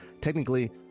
technically